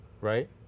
right